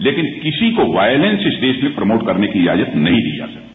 लेकिन किसी को वायलेंस इस देश में प्रमोट करने की इजाजत नहीं दी जा सकती